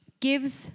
Gives